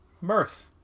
Mirth